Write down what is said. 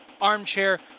armchair